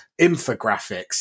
infographics